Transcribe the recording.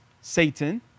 Satan